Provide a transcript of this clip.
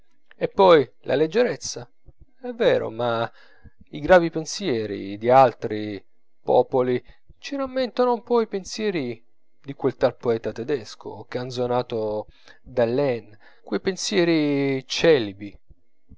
e poi la leggerezza è vero ma i gravi pensieri di altri popoli ci rammentano un po i pensieri di quel tal poeta tedesco canzonato dall'heine quei pensieri celibi